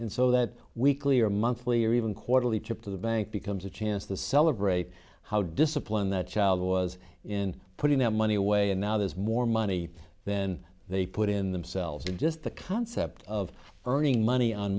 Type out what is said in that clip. and so that weekly or monthly or even quarterly trip to the bank becomes a chance to celebrate how disciplined that child was in putting that money away and now there's more money then they put in themselves or just the concept of earning money on